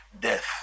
death